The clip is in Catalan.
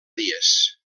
dies